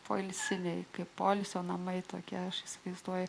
poilsinėje kaip poilsio namai tokie aš įsivaizduoju